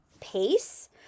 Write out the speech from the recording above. pace